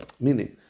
meaning